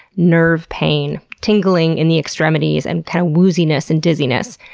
nerve pain, tingling in the extremities, and kind of wooziness and dizziness.